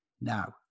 Now